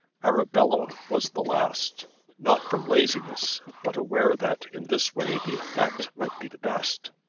arabella was the last not from laziness, but aware that in this way the effect might be the best.